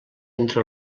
entre